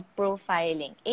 profiling